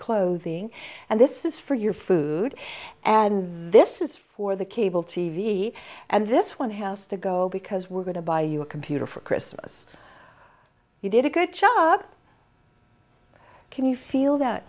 clothing and this is for your food and this is for the cable t v and this one has to go because we're going to buy you a computer for christmas you did a good job can you feel that